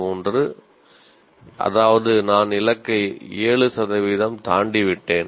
63 அதாவது நான் இலக்கை 7 சதவீதம் தாண்டிவிட்டேன்